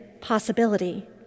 possibility